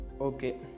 Okay